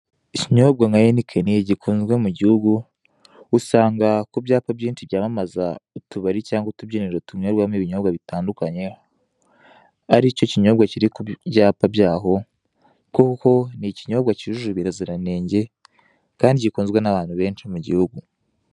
Ikinyobwa nka Heineken gikunzwe mu gihugu, usanga ku byapa byinshi byamamaza utubari cyangwa utubyiniro tunywebwamo ibinyobwa bitandukanye, aricyo kinyobwa kiri ku byapa byaho kuko ni ikinyobwa cyujuje ubuziranenge kandi gikunzwe n'abantu benshi mu gihugu.